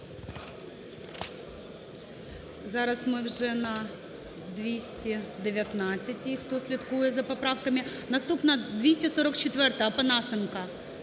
Зараз ми вже на 219-й, хто слідкує за поправками. Наступна, 244-а, Опанасенко.